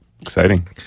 Exciting